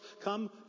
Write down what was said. come